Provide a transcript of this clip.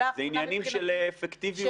זה עניינים של אפקטיביות של שירות.